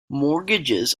mortgages